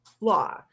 law